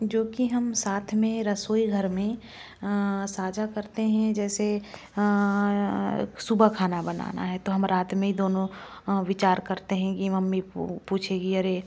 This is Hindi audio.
जो कि हम साथ में रसोई घर में साझा करते हैं जैसे सुबह खाना बनाना है तो हम रात में ही दोनों विचार करते हैं कि मम्मी पूछेगी अरे